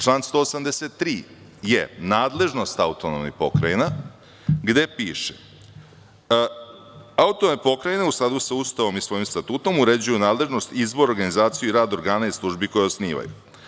Član 183. je nadležnost autonomnih pokrajina, gde piše - Autonomne pokrajine u skladu sa Ustavom i svojim statutom uređuju nadležnost, izbor, organizaciju i rad organa i službi koje osnivaju.